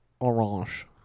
orange